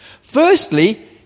Firstly